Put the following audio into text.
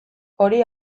hori